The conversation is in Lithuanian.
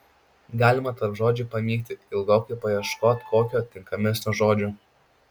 galima tarp žodžių pamykti ilgokai paieškot kokio tinkamesnio žodžio